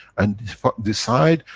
and decide,